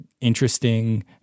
interesting